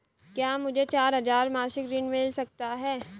क्या मुझे चार हजार मासिक ऋण मिल सकता है?